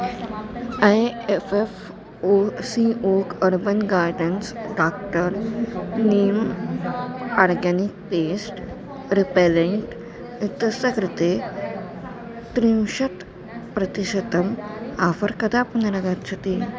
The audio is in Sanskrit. I F F O C oak urban gardens doctor neem organic pest repellent इत्यस्य कृते त्रिंशत् प्रतिशतम् आफ़र् कदा पुनरागच्छति